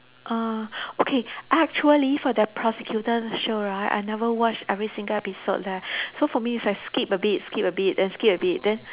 uh okay actually for that prosecutor show right I never watch every single episode leh so for me is I skip a bit skip a bit then skip a bit then